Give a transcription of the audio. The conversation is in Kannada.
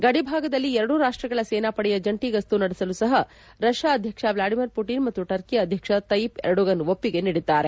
ಗಡಿಭಾಗದಲ್ಲಿ ಎರಡೂ ರಾಷ್ಪಗಳ ಸೇನಾಪಡೆಯ ಜಂಟಿ ಗಸ್ತು ನಡೆಸಲು ಸಹ ರಷ್ಯಾ ಅಧ್ವಕ್ಷ ವ್ಲಾಡಿಮಿರ್ ಪುಟಿನ್ ಮತ್ತು ಟರ್ಕಿ ಅಧ್ಯಕ್ಷ ತೈಯಿಪ್ ಎರ್ಡೋಗನ್ ಒಪ್ಪಿಗೆ ನೀಡಿದ್ದಾರೆ